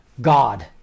God